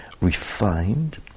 refined